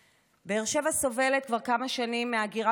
באר שבע סובלת כבר כמה שנים מהגירה שלילית.